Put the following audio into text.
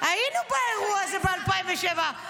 היינו באירוע הזה ב-2007.